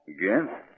Again